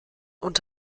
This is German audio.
und